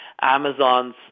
Amazon's